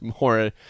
more